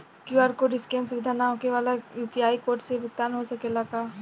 QR code scan सुविधा ना होखे वाला के यू.पी.आई कोड से भुगतान हो सकेला का?